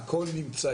הכל נמצא,